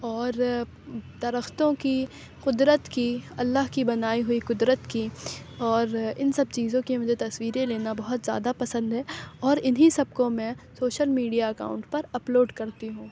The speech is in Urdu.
اور درختوں کی قدرت کی اللہ کی بنائی ہوئی قدرت کی اور ان سب چیزوں کی مجھے تصویریں لینا بہت زیادہ پسند ہے اور انہیں سب کو میں سوشل میڈیا اکاؤنٹ پر اپلوڈ کرتی ہوں